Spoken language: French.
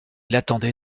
l’attendait